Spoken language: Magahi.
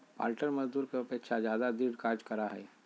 पालंटर मजदूर के अपेक्षा ज्यादा दृढ़ कार्य करा हई